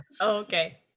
okay